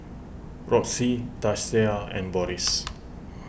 Roxie Tasia and Boris